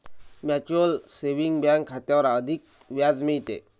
mutual saving bank खात्यावर अधिक व्याज मिळते